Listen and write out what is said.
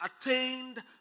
attained